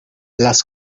las